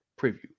preview